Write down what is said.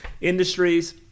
industries